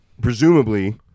presumably